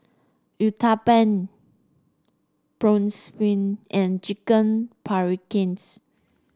Uthapam Bratwurst and Chicken Paprikas